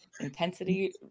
intensity